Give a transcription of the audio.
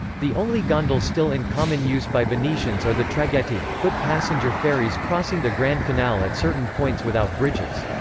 the only gondole still in common use by venetians are the traghetti, foot passenger ferries crossing the grand canal at certain points without bridges.